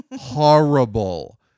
horrible